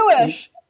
jewish